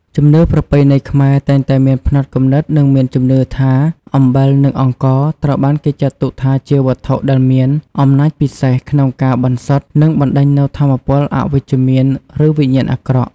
ជំនឿប្រពៃណីខ្មែរតែងតែមានផ្នត់គំនិត និងមានជំនឿថា អំបិល និងអង្ករ ត្រូវបានគេចាត់ទុកថាជាវត្ថុដែលមាន អំណាចពិសេស ក្នុងការ បន្សុទ្ធ និងបណ្ដេញនូវថាមពលអវិជ្ជមាន ឬវិញ្ញាណអាក្រក់។